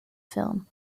film